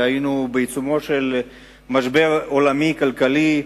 והיינו בעיצומו של משבר כלכלי עולמי,